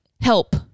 help